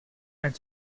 and